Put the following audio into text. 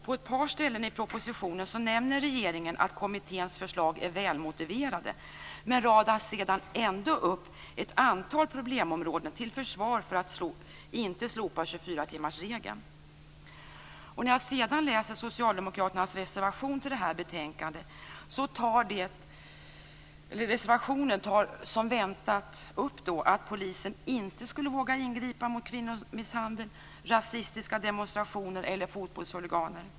På ett par ställen i propositionen nämner regeringen att kommitténs förslag är välmotiverade men radar sedan ändå upp ett antal problemområden till försvar för att inte slopa 24-timmarsregeln. När jag sedan läser socialdemokraternas reservation till det här betänkandet ser jag att den som väntat tar upp att polisen inte skulle våga ingripa mot kvinnomisshandel, rasistiska demonstrationer eller fotbollshuliganer.